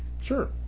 Sure